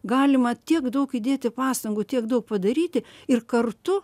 galima tiek daug įdėti pastangų tiek daug padaryti ir kartu